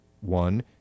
One